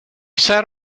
sat